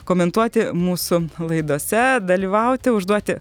komentuoti mūsų laidose dalyvauti užduoti